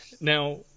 now